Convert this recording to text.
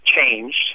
changed